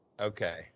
Okay